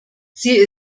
sie